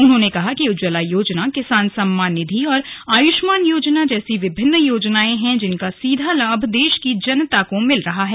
उन्होंने कहा कि उज्जवला योजना किसान सम्मान निधि और आयुष्मान योजना जैसी विभिन्न योजनाए हैं जिनका सीधा लाभ देश की आम जनता को मिला है